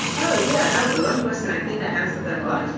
oh yeah, that was a long question. i think i answered them all.